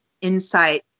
insight